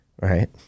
Right